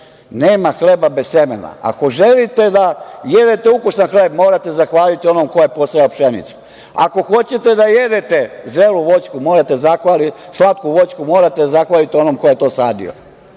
Nema hleba bez semena. Ako želite da jedete ukusan hleb morate zahvaliti onome ko je posejao pšenicu. Ako hoćete da jedete zrelu voćku, morate da zahvalite onome ko je to